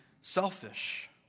selfish